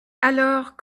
alors